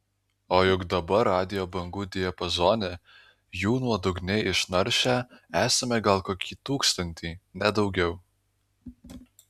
o juk dabar radijo bangų diapazone jų nuodugniai išnaršę esame gal kokį tūkstantį ne daugiau